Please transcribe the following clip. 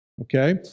Okay